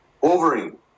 wolverine